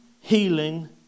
healing